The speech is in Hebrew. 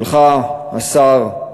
שלך, השר,